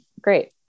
great